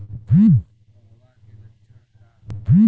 डकहा के लक्षण का वा?